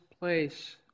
place